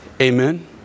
Amen